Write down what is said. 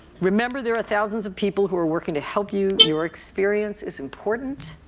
remember there are thousands of people who are working to help you. your experience is important